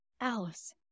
Alice